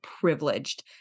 privileged